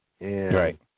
Right